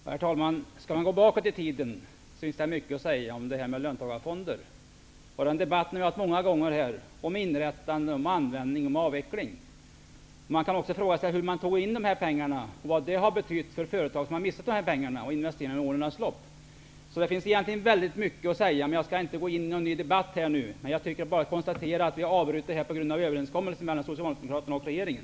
Herr talman! Skall man gå bakåt i tiden, finns det mycket att säga om löntagarfonder och de debatter som vi många gånger har haft här om inrättande, om användning och om avveckling. Man kan också fråga sig hur dessa pengar togs in och vad det har betytt för företag som har gått miste om pengarna och därmed investeringar under årens lopp. Det finns alltså mycket att säga, men jag skall inte gå in i en ny debatt. Jag konstaterar bara att vi avbryter det här sparandet på grund av överenskommelsen mellan Socialdemokraterna och regeringen.